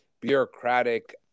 bureaucratic